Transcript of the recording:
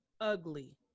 ugly